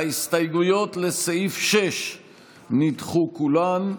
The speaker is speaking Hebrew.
ההסתייגויות לסעיף 6 נדחו כולן,